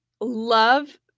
Love